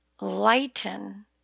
lighten